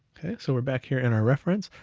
okay, so we're back here in our reference.